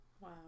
Wow